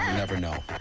never know.